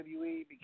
WWE